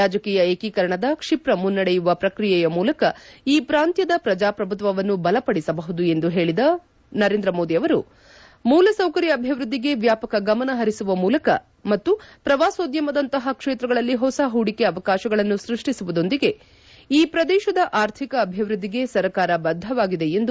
ರಾಜಕೀಯ ಏಕೀಕರಣದ ಕ್ಷಿಪ್ರ ಮುನ್ನಡೆಯುವ ಪ್ರಕ್ರಿಯೆಯ ಮೂಲಕ ಈ ಪ್ರಾಂತ್ಯದ ಪ್ರಜಾಪ್ರಭುತ್ವವನ್ನು ಬಲಪಡಿಸಬಹುದು ಎಂದು ಹೇಳಿದ ನರೇಂದ್ರ ಮೋದಿ ಅವರು ಮೂಲಸೌಕರ್ಯ ಅಭಿವೃದ್ಧಿಗೆ ವ್ಯಾಪಕ ಗಮನ ಹರಿಸುವ ಮೂಲಕ ಮತ್ತು ಪ್ರವಾಸೋದ್ಯಮದಂತಹ ಕ್ಷೇತ್ರಗಳಲ್ಲಿ ಹೊಸ ಹೂಡಿಕೆ ಅವಕಾಶಗಳನ್ನು ಸೃಷ್ಟಿಸುವುದರೊಂದಿಗೆ ಈ ಪ್ರದೇಶದ ಅರ್ಥಿಕ ಅಭಿವೃದ್ದಿಗೆ ಸರಕಾರ ಬದ್ದವಾಗಿದೆ ಎಂದು ನಿಯೋಗಕ್ಕೆ ಭರವಸೆ ನೀಡಿದರು